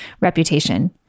reputation